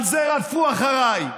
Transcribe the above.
על זה רדפו אחריי.